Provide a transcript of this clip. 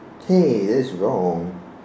hey that's wrong